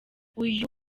uyu